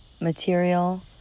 material